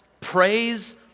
praise